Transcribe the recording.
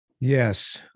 Yes